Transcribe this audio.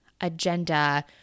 agenda